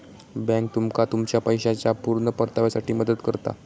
bank तुमका तुमच्या पैशाच्या पुर्ण परताव्यासाठी मदत करता